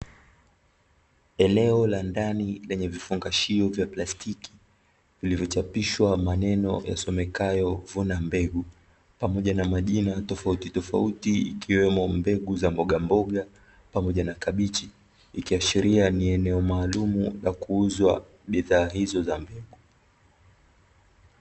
Eneo la ndani, lenye vifungashio vya plastiki vilivyochapishwa maneno yasomekayo, vuna mbegu pamoja na majina tofauti tofauti, ikiwemo mbegu za mbogamboga, pamoja na kabichi; ikiashiria ni eneo maalumu la kuuzwa bidhaa hizo za mbegu.